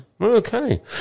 okay